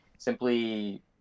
Simply